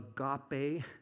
agape